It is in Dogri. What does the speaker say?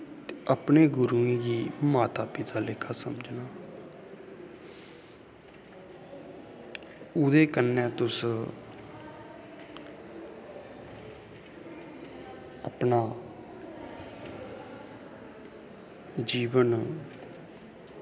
ते अपने गुरुएं गी माता पिता आह्ला लेक्खा समझना ओह्दे कन्नै तुस अपना जीवन